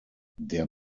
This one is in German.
der